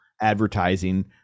advertising